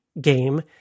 game